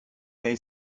may